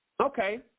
Okay